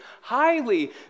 highly